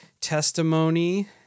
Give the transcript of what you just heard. testimony